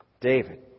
David